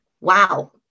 wow